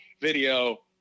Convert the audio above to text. video